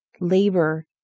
labor